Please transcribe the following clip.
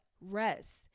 Rest